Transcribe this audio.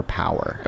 power